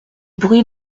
bruits